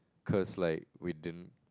cause like we din